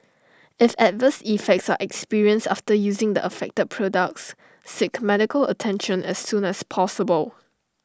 if adverse effects are experienced after using the affected products seek medical attention as soon as possible